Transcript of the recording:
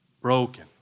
Broken